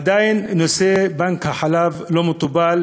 עדיין נושא בנק החלב לא מטופל.